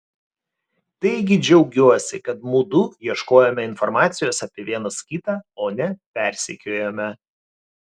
taigi džiaugiuosi kad mudu ieškojome informacijos apie vienas kitą o ne persekiojome